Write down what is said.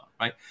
right